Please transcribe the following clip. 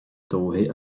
touhy